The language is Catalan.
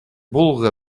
vulga